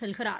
செல்கிறார்